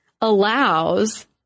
allows